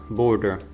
border